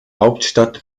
hauptstadt